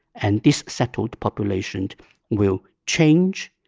and this settled population will change,